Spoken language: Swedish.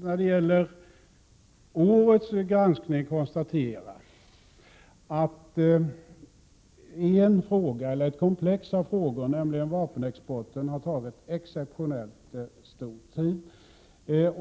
När det gäller årets granskning kan man konstatera att en fråga eller rättare sagt ett komplex av frågor, nämligen vapenexporten, har tagit exceptionellt mycket tid.